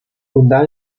fundada